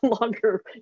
longer